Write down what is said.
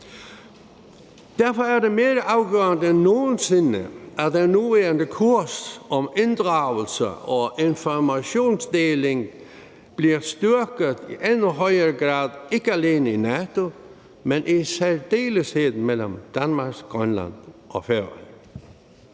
Derfor er det mere afgørende end nogen sinde, at den nuværende kurs om inddragelse og informationsdeling bliver styrket i endnu højere grad, ikke alene i NATO, men i særdeleshed mellem Danmark, Grønland og Færøerne.